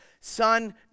son